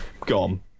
gone